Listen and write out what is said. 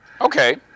Okay